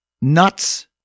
nuts